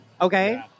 Okay